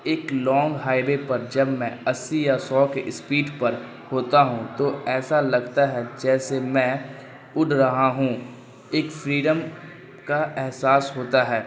ایک long highway پر جب میں اسی یا سو کے اسپیڈ پر ہوتا ہوں تو ایسا لگتا ہے جیسے میں اڑ رہا ہوں ایک فریڈم کا احساس ہوتا ہے